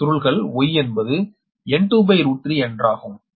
இந்த சுருள்கள் Y என்பது N23என்றாகும்